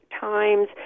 times